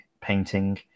painting